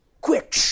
Quick